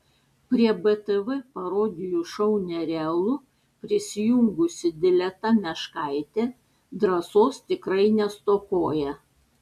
prie btv parodijų šou nerealu prisijungusi dileta meškaitė drąsos tikrai nestokoja